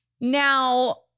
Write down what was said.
Now